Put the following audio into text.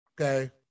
okay